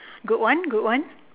good one good one